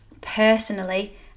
personally